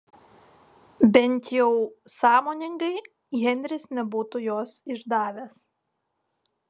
bent jau sąmoningai henris nebūtų jos išdavęs